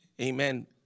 Amen